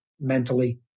mentally